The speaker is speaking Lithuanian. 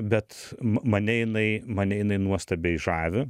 bet ma mane jinai mane jinai nuostabiai žavi